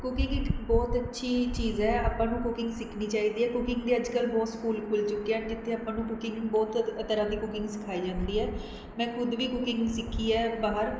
cooking ਇੱਕ ਬਹੁਤ ਅੱਛੀ ਚੀਜ਼ ਹੈ ਆਪਾਂ ਨੂੰ ਕੁਕਿੰਗ ਸਿੱਖਣੀ ਚਾਹੀਦੀ ਹੈ ਕੁਕਿੰਗ ਦੇ ਅੱਜ ਕੱਲ੍ਹ ਬਹੁਤ ਸਕੂਲ ਖੁੱਲ੍ਹ ਚੁੱਕੇ ਹੈ ਜਿੱਥੇ ਆਪਾਂ ਨੂੰ ਕੁਕਿੰਗ ਬਹੁਤ ਤ ਤਰ੍ਹਾਂ ਦੀ ਕੁਕਿੰਗ ਸਿਖਾਈ ਜਾਂਦੀ ਹੈ ਮੈਂ ਖੁਦ ਵੀ ਕੁਕਿੰਗ ਸਿੱਖੀ ਹੈ ਬਾਹਰ